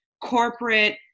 corporate